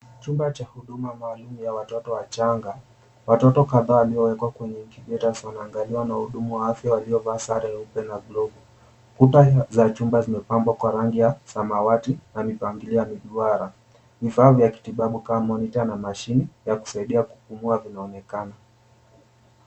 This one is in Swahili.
Chumba cha huduma maalumu ya watoto wachanga. Watoto kadhaa waliowekwa kwenye Incubators wanaangaliwa na wahudumu wa afya waliovaa sare nyeupe na glovu. Kuta za chumba zimepambwa kwa rangi ya samawati na mipangilio ya miduara. Vifaa vya kiitibabu kama monitor na mashine ya kusaidia kupumua vinaonekana.